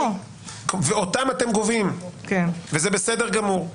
ואותם אתם גובים וזה בסדר גמור.